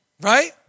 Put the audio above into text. right